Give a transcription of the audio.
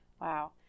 Wow